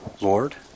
Lord